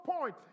point